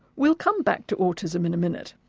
we'll come back to autism in a minute,